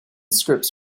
scripts